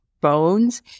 bones